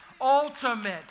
ultimate